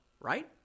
right